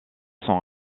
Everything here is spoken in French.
sont